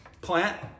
plant